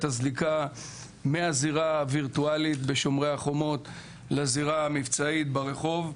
הזליגה מהזירה הווירטואלית ב"שומר חומות" לזירה המבצעית ברחוב.